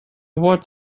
what